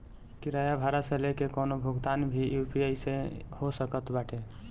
किराया भाड़ा से लेके कवनो भुगतान भी यू.पी.आई से हो सकत बाटे